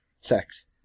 Sex